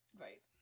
Right